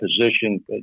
position